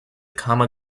common